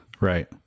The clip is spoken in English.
Right